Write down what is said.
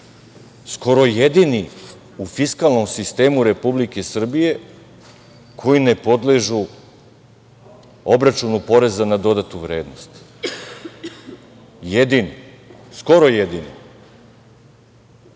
skoro jedini u fiskalnom sistemu Republike Srbije koji ne podležu obračunu poreza na dodatu vrednost, skoro jedini.